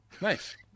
Nice